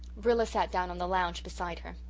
rilla sat down on the lounge beside her.